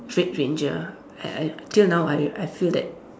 red ranger I I till now I I feel that